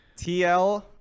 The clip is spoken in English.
TL